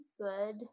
good